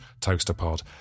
ToasterPod